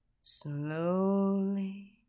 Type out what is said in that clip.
Slowly